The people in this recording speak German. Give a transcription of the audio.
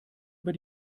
über